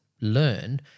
learn